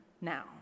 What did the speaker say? now